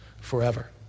forever